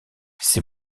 ses